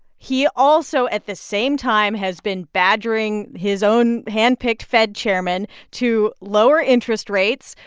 he also, at the same time, has been badgering his own hand-picked fed chairman to lower interest rates,